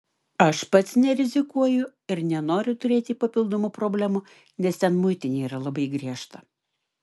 aš pats nerizikuoju ir nenoriu turėti papildomų problemų nes ten muitinė yra labai griežta